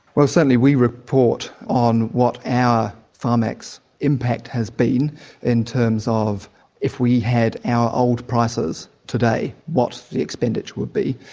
certainly we report on what our, pharmac's, impact has been in terms of if we had our old prices today, what the expenditure would be,